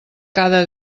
cada